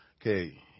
Okay